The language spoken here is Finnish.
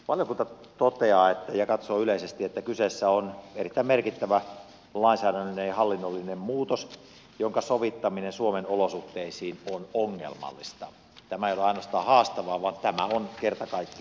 valiokunta toteaa ja katsoo yleisesti että kyseessä on erittäin merkittävä lainsäädännöllinen ja hallinnollinen muutos jonka sovittaminen suomen olosuhteisiin on ongelmallista tämä ei ole ainoastaan haastavaa vaan tämä on kerta kaikkiaan ongelmallista